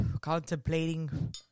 contemplating